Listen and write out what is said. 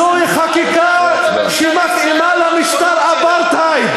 זוהי חקיקה שמתאימה למשטר אפרטהייד.